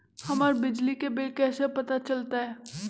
हमर बिजली के बिल कैसे पता चलतै?